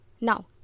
now